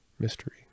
mystery